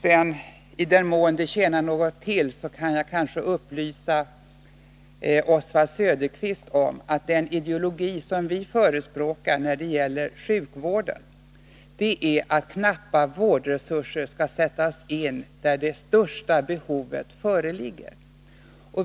Sedan —i den mån det tjänar något till — kan jag upplysa Oswald Söderqvist Nr 54 om att den ideologi som vi förespråkar när det gäller sjukvården är att knappa vårdresurser skall sättas in där det största behovet föreligger.